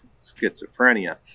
schizophrenia